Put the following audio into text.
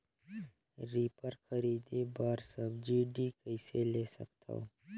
Reaper खरीदे बर subsidy कइसे ले सकथव?